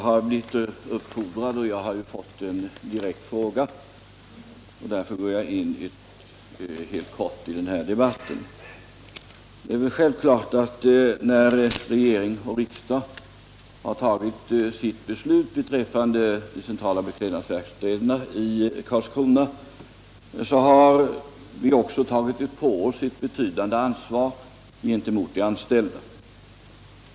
Herr talman! Jag har fått en direkt fråga, och därför går jag helt kort in i den här debatten. Det är väl självklart att när regering och riksdag har fattat sitt beslut beträffande de centrala beklädnadsverkstäderna i Karlskrona har vi också tagit på oss ett betydande ansvar gentemot de anställda.